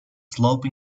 slope